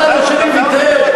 הצד השני ויתר?